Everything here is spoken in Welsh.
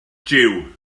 jiw